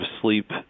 sleep